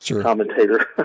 commentator